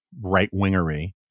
right-wingery